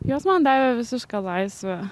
jos man davė visišką laisvę